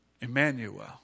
Emmanuel